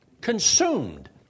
consumed